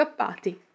scappati